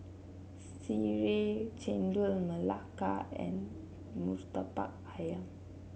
sireh Chendol Melaka and murtabak ayam